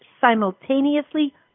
simultaneously